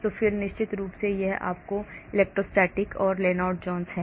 और फिर निश्चित रूप से यह आपका इलेक्ट्रोस्टैटिक है और यह लेनार्ड जोन्स है